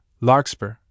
Larkspur